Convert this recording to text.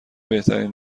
بهترین